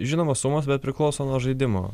žinoma sumos bet priklauso nuo žaidimo